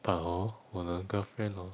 but hor 我的 girlfriend hor